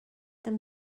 them